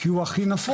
כי הוא הכי נפוץ.